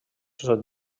són